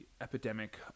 epidemic